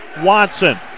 Watson